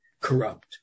corrupt